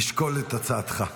נשקול את הצעתך.